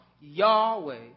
Yahweh